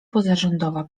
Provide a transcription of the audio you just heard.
pozarządowa